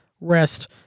rest